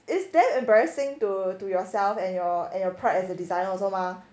it's damn embarrassing to to yourself and your and your pride as a designer also mah